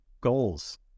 goals